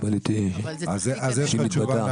יש לך תשובה.